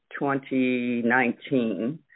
2019